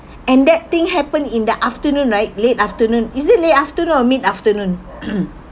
and that thing happened in the afternoon right late afternoon is it late afternoon or mid afternoon